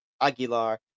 Aguilar